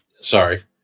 Sorry